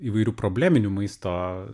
įvairių probleminių maisto